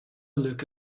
look